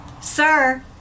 Sir